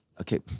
okay